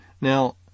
Now